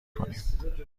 کنیم